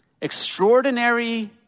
Extraordinary